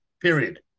period